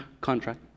contract